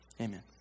Amen